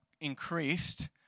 increased